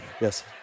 Yes